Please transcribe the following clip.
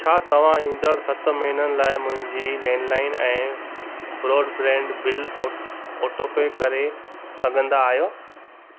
छा तव्हां ईंदड़ सत महीननि लाइ मुंहिंजी लैंडलाइन ऐं ब्रॉडब्रैंड बिल ऑ ऑटोपे करे सघंदा आहियो